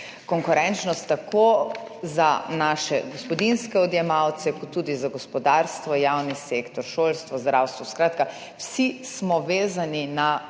Konkurenčnost tako za naše gospodinjske odjemalce kot tudi za gospodarstvo, javni sektor, šolstvo, zdravstvo. Skratka, vsi smo vezani na